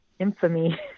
infamy